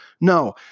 No